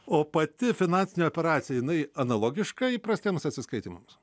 o pati finansinė operacija jinai analogiška įprastiems atsiskaitymams